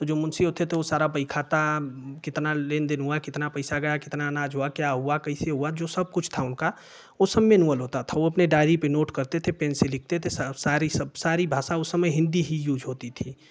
त जो मुंशी होते थे वो सारा बहीखाता कितना लेन देन हुआ है कितना पैसा गया है कितना अनाज हुआ क्या हुआ कैसे हुआ जो सब कुछ था उनका उ सबमें इनवल्व होता था वो अपने डायरी पर नोट करते थे पेन से लिखते थे साफ सारी सब सारी भाषा उस समय हिन्दी ही यूज़ होती थी